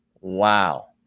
Wow